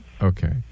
Okay